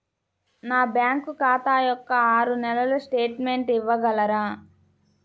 నా బ్యాంకు ఖాతా యొక్క ఆరు నెలల స్టేట్మెంట్ ఇవ్వగలరా?